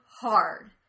hard